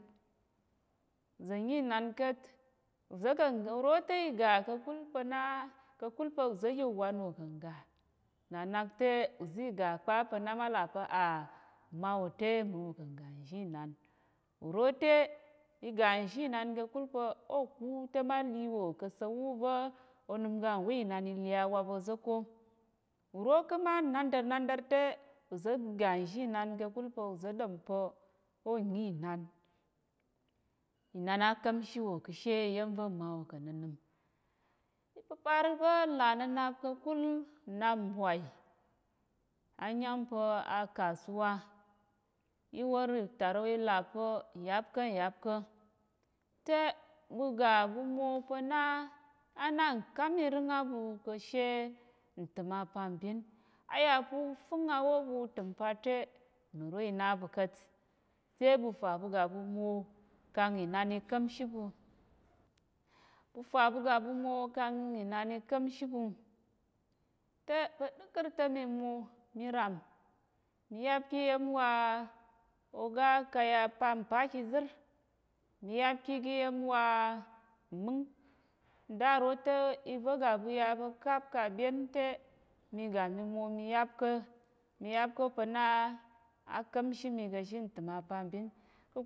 Zà̱ nyi inan ka̱t, za̱ kà̱n, uro te i ga ka̱kul pa̱ na ka̱kul pa̱ uza̱ ya uwan wò ka̱ ngga, na nak te uza̱ i ga kpa pa̱ na ma là pa̱ à, mma wò te mma wò ka̱ ngga nzhi inan. Uro te i ga nzhi inan ka̱kul pa̱ ô kú te ma li wò ka̱ sa̱l wu va̱ onəm ga nwa inan i li awap oza̱ ko. Uro kəma nnandərnandər te uza̱ i ga nzhi inan ka̱kul pa̱ uza̱ ɗom pa̱ ô nyi inan. Inan á ka̱mshi wò ka̱ she iya̱m va̱ mma wò kà̱ nnənəm. Ipəpar va̱ n là nnənap ka̱kul nnap mbwai, á nyam pa̱ akasuwa, í wor ìtarok i là pa̱ ngyap ká̱ ngyap ká̱, te, ɓu ga ɓu mwo pa̱ na á na nkam ireng á ɓu ka̱ she ntəm apambin. A yà pa̱ u və́ng awó ɓu u təm pa te unəm ro i na ɓu ka̱t, te ɓu fa ɓu ga ɓu mwo kang inan i ka̱mshi ɓu. Ɓu fa ɓu ga ɓu mwo kang inan i ka̱mshi ɓu, te, pa̱ ɗəkər te mi mwo, mi ram mi yáp ki iya̱m wa oga kaya pa mpá ki izər, mi yáp ki igi iya̱m wa mmə́ng, ndaro te iva̱ ga ɓu ya pa̱ káp ka à ɓyen te mi ga mi mwo mi yáp ká̱, mi yáp ká̱ pa̱ na á ka̱mshi mi ka̱ she ntəm apambin.